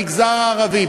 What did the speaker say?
במגזר הערבי,